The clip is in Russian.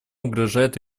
угрожает